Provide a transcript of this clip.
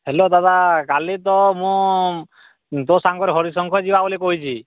hello ଦାଦା କାଲି ତ ମୁଁ ତୋ ସାଙ୍ଗରେ ହରିଶଙ୍କର ଯିବା ବୋଲି କହିଛି